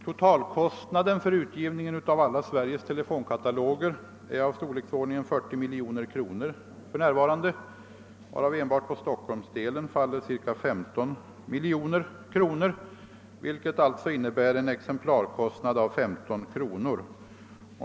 Totalkostnaden för utgivningen av alla Sveriges telefonkataloger är 40 miljoner kronor för närvarande, varav enbart på Stockholmsdelen faller ca 15 miljoner kronor. Det innebär alltså en exemplarkostnad av 15 kr.